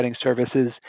services